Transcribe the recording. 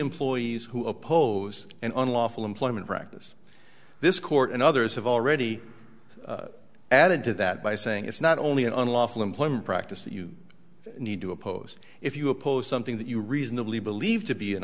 employees who oppose an unlawful employment practice this court and others have already added to that by saying it's not only an unlawful employment practice that you need to oppose if you oppose something that you reasonably believe to be an